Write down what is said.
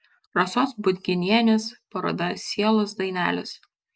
rasos budginienės paroda sielos dainelės